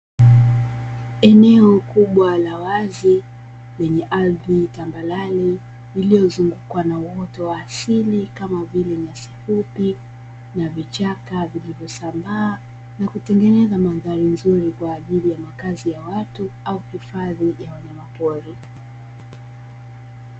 Eneo kubwa la wazi, lenye ardhi tambarare ililozungukwa na uoto wa asili .kama vile nyasi fupi na vichaka vinavyosambaa na kutengeneza mandhari nzuri kwa ajili ya makazi ya watu au hifadhi ya wanyamapori.